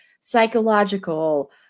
psychological